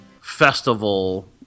festival